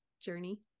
journey